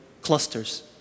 clusters